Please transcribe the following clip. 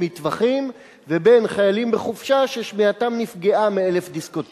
מטווחים לבין חיילים בחופשה ששמיעתם נפגעה מ-1,000 דיסקוטקים.